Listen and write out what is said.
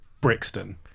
Brixton